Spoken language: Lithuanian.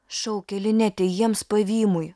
šaukė linetė jiems pavymui